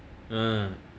ah